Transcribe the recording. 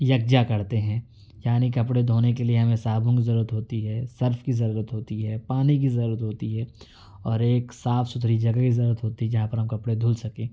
یکجا کرتے ہیں یعنی کپڑے دھونے کے لیے ہمیں صابن کی ضرورت ہوتی ہے سرف کی ضرورت ہوتی ہے پانی کی ضرورت ہوتی ہے اور ایک صاف ستھری جگہ کی ضرورت ہوتی ہے جہاں پر ہم کپڑے دھل سکیں